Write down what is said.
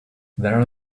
there